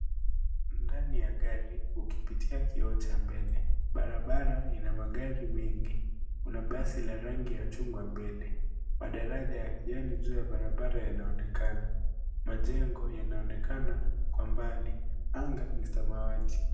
Ndani ukipitia kioo cha mbele. Barabara ina magari mengi, kuna basi la rangi ya chungwa mbele, madaraja ya kijani juu ya barabara yanaonekana. Majengo inaonekana kwa mbali, anga ni samawati.